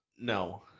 No